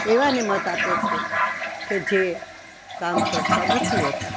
એવાને મત આપે છે કે જે કામ કરતા નથી હોતા